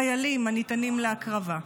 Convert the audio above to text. חיילים הניתנים להקרבה,